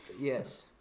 Yes